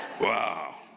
Wow